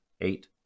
eight